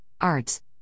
arts